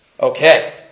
Okay